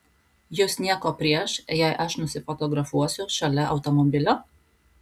jus nieko prieš jei aš nusifotografuosiu šalia automobilio